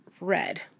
red